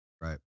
right